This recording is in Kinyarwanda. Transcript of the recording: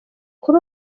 kuri